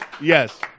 yes